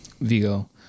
Vigo